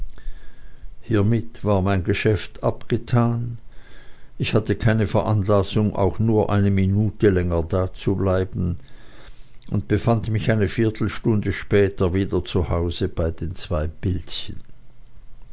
hiemit war mein geschäft abgetan ich hatte keine veranlassung auch nur eine minute länger dazubleiben und befand mich eine viertelstunde später wieder zu hause bei den zwei bildchen